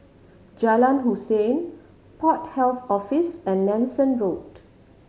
Jalan Hussein Port Health Office and Nanson Road